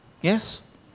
Yes